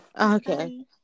Okay